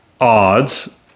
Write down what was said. odds